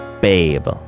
babe